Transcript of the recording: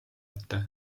ette